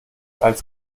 als